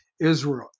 Israel